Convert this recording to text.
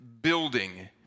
building